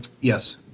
Yes